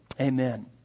Amen